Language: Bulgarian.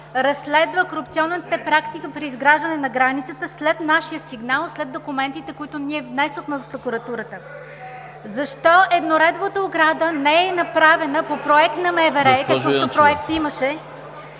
разследва корупционната практика при изграждане на границата след нашия сигнал и документите, които внесохме в Прокуратурата? Защо едноредовата ограда не е направена по проект на МВР – такъв проект имаше,